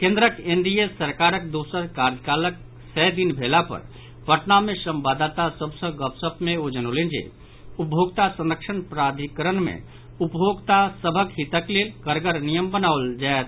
केन्द्रक एनडीए सरकारक दोसर कार्यकालक सय दिन भेला पर पटना मे संवाददाता सभ सॅ गपशप मे ओ जनौलनि जे उपभोक्ता संरक्षण प्राधिकरण मे उपभोक्ता सभक हितक लेल कड़गड़ नियम बनाओल जायत